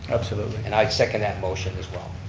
absolutely. and i second that motion as well.